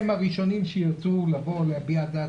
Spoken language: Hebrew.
הם הראשונים שירצו לבוא ולהביע דעה,